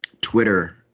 Twitter